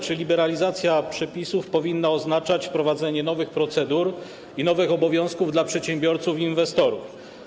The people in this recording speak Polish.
Czy liberalizacja przypisów powinna oznaczać wprowadzenie nowych procedur i nowych obowiązków dla przedsiębiorców i inwestorów?